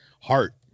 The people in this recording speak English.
heart